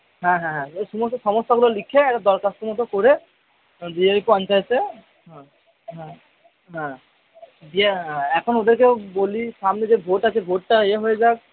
হ্যাঁ হ্যাঁ হ্যাঁ এই সমস্ত সমস্যাগুলো লিখে একটা দরখাস্ত মতো করে পঞ্চায়েতে হ্যাঁ হ্যাঁ হ্যাঁ দিয়ে এখন ওদেরকেও বলি সামনে যে ভোট আছে ভোটটা ইয়ে হয়ে যাক